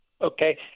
Okay